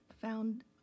found